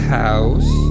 house